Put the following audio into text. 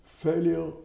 Failure